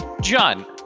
John